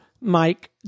Mike